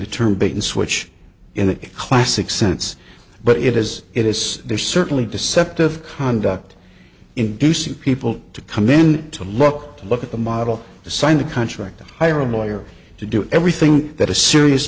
the term bait and switch in the classic sense but it is it is there certainly deceptive conduct inducing people to come in to look to look at the model to sign a contract hire a lawyer to do everything that a serious